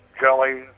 jelly